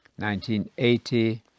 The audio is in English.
1980